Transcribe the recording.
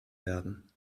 werden